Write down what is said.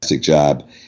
job